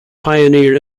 pioneer